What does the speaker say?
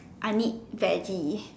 I need verge